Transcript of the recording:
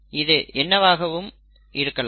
இது என்னவாகவும் ஆகவும் இருக்கலாம்